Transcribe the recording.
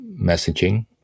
messaging